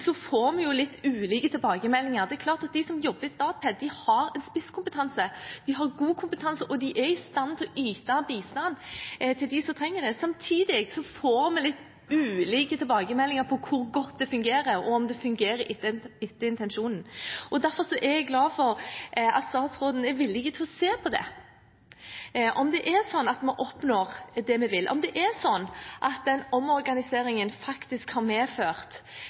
får vi litt ulike tilbakemeldinger. Det er klart at de som jobber i Statped, har en spisskompetanse, de har god kompetanse, og de er i stand til å yte bistand til dem som trenger det. Samtidig får vi litt ulike tilbakemeldinger på hvor godt det fungerer, og om det fungerer etter intensjonen. Derfor er jeg glad for at statsråden er villig til å se på det, om det er sånn at vi oppnår det vi vil, om det er sånn at den omorganiseringen faktisk har medført